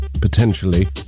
Potentially